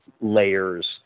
layers